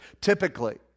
Typically